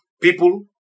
People